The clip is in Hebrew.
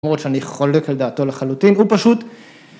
‫למרות שאני חולק על דעתו לחלוטין, ‫הוא פשוט...